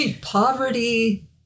Poverty